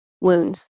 wounds